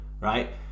right